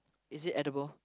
is it edible